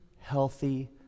healthy